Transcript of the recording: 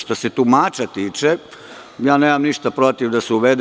Što se tumača tiče, nemam ništa protiv da se uvede.